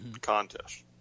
contest